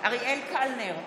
אריאל קלנר,